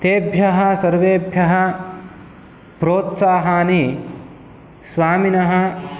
तेभ्यः सर्वेभ्यः प्रोत्साहानि स्वामिनः